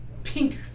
Pink